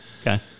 okay